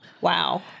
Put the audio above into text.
Wow